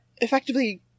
effectively